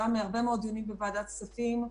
גם הרבה מאוד דיונים בוועדת כספים.